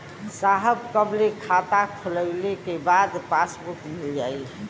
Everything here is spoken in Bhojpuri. साहब कब ले खाता खोलवाइले के बाद पासबुक मिल जाई?